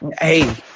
hey